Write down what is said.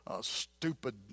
stupid